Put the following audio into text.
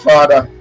Father